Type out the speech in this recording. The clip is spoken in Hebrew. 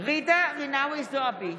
ג'ידא רינאוי זועבי,